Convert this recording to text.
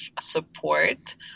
support